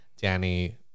Danny